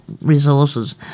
resources